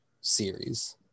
series